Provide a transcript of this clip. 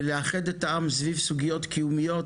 ולאחד את העם סביב סוגיות קיומיות